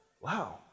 Wow